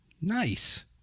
Nice